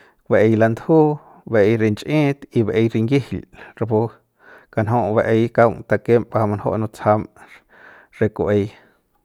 Ba'ey lan'dju, ba'ey rinch'it, y ba'ey rinyijil rapu kanju'u ba'ey kaung takem pa munujum nutsajam re re ku'ey.